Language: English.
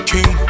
King